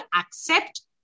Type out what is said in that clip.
accept